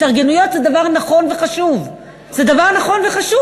התארגנויות זה דבר נכון וחשוב, זה דבר נכון וחשוב.